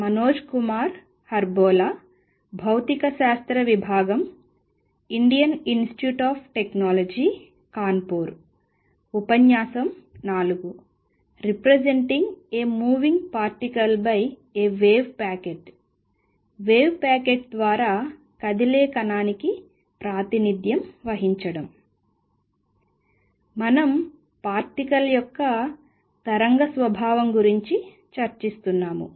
మనం పార్టికల్ యొక్క తరంగ స్వభావం గురించి చర్చిస్తున్నాము